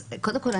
אז קודם כל,